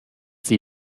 sie